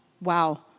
Wow